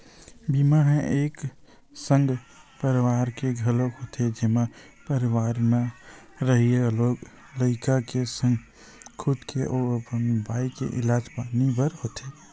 बीमा ह एक संग परवार के घलोक होथे जेमा परवार म रहइया लोग लइका के संग खुद के अउ अपन बाई के इलाज पानी बर होथे